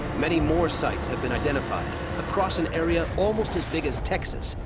many more sights have been identified across an area almost as big as texas,